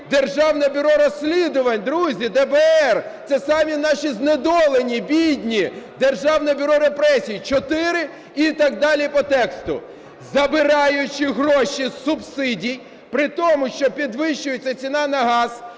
Державне бюро розслідувань, друзі, ДБР, це самі наші знедолені, бідні, "державне бюро репресій" – чотири, і так далі по тексту. Забираючи гроші з субсидій, при тому, що підвищується ціна на газ,